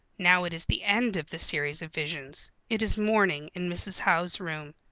now it is the end of the series of visions. it is morning in mrs. howe's room.